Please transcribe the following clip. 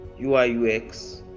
UIUX